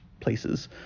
places